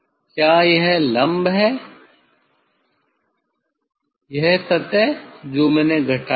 क्या यह लम्ब है यह सतह जो मैंने घटाई है